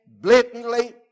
blatantly